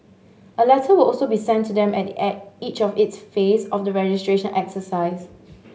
a letter will also be sent to them at the each of its phase of the registration exercise